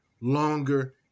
longer